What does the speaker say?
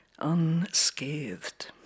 unscathed